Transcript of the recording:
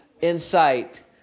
insight